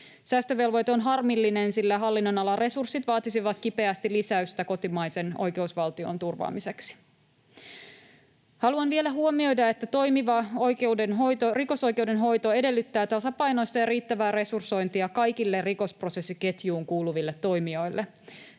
Säästövelvoite on harmillinen, sillä hallinnonalan resurssit vaatisivat kipeästi lisäystä kotimaisen oikeusvaltion turvaamiseksi. Haluan vielä huomioida, että toimiva rikosoikeuden hoito edellyttää tasapainoista ja riittävää resursointia kaikille rikosprosessiketjuun kuuluville toimijoille.